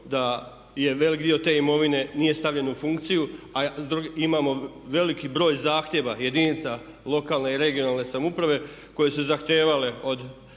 da je velik dio te imovine nije stavljen u funkciju, a imamo veliki broj zahtjeva jedinica lokalne i regionalne samouprave koje su zahtijevale od